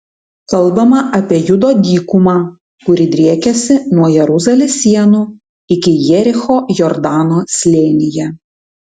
kalbama apie judo dykumą kuri driekiasi nuo jeruzalės sienų iki jericho jordano slėnyje